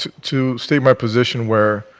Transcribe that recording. to state my position where